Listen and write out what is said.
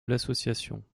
l’association